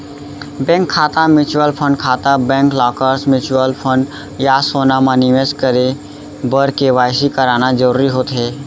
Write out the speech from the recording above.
bank खाता, mutual fund खाता, bank lockers, mutual fund या सोना म निवेस करे बर के.वाई.सी कराना जरूरी होथे